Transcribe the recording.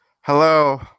Hello